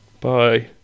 Bye